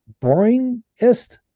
boringest